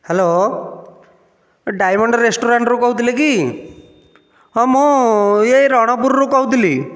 hello diamond ରେଷ୍ଟୁରାଣ୍ଟରୁ କହୁଥିଲେ କି ହଁ ମୁଁ ଇୟେ ରଣପୁରରୁ କହୁଥିଲି